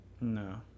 No